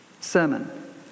Sermon